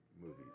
movies